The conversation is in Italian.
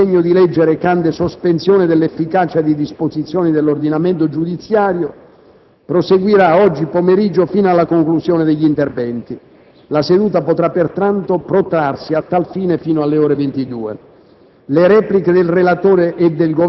La discussione generale sul disegno di legge recante sospensione dell'efficacia di disposizioni dell'ordinamento giudiziario proseguirà oggi pomeriggio fino alla conclusione degli interventi. La seduta potrà pertanto protrarsi, a tal fine, fino alle ore 22.